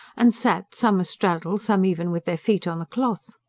and sat, some a-straddle, some even with their feet on the cloth.